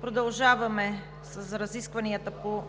Продължаваме с разискванията по